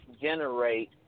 generate